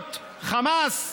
חוליות חמאס,